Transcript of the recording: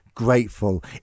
grateful